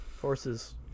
Horses